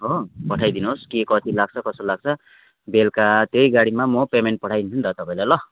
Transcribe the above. हो पठाइदिनोस् के कति लाग्छ कसो लाग्छ बेलुका त्यही गाडीमा म पेमेन्ट पठाइदिन्छु नि त तपाईँलाई ल